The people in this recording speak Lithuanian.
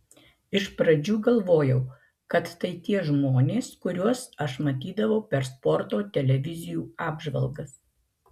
iš pradžių galvojau kad tai tie žmonės kuriuos aš matydavau per sporto televizijų apžvalgas